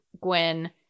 Gwen